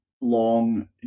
long